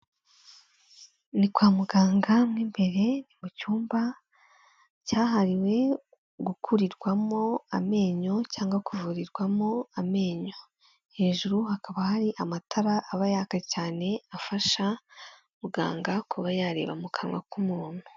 Ni kwa muganga mo imbere mu cyumba, cyahariwe gukurirwamo amenyo cyangwa kuvurirwamo amenyo, hejuru hakaba hari amatara aba yaka cyane afasha muganga kuba yareba mu kanwa k'umuntu.